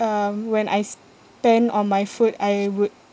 um when I spend on my food I would